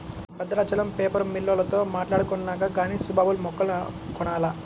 Bhadrachalam paper మిల్లోల్లతో మాట్టాడుకొన్నాక గానీ సుబాబుల్ మొక్కలు కొనాల